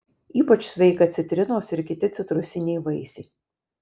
ypač sveika citrinos ir kiti citrusiniai vaisiai